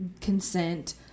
consent